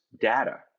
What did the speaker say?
data